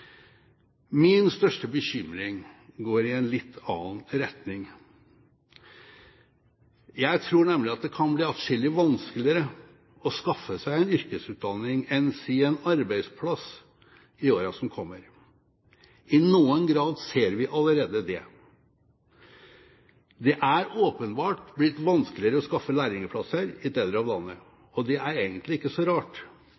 Min største bekymring går i en litt annen retning. Jeg tror nemlig at det kan bli atskillig vanskeligere å skaffe seg en yrkesutdanning, enn si en arbeidsplass, i årene som kommer. I noen grad ser vi det allerede. Det er åpenbart blitt vanskeligere å skaffe lærlingplasser i deler av